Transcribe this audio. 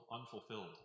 unfulfilled